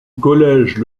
collège